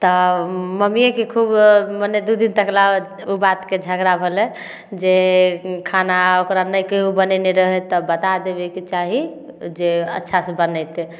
तऽ मम्मीएके खूब मने दू दिन तक लए ओ बातके झगड़ा भेलै जे खाना ओकरा नहि कहिओ बनेने रहै तब बता देबेके चाही जे अच्छा से बनेतै